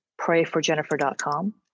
Prayforjennifer.com